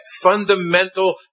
fundamental